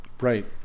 Right